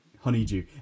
honeydew